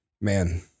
man